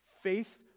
Faith